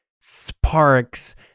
sparks